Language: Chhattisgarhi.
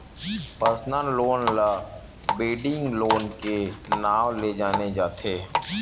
परसनल लोन ल वेडिंग लोन के नांव ले जाने जाथे